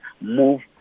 move